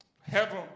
Heaven